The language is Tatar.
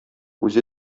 үзе